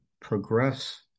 progress